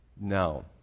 No